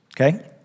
Okay